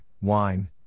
wine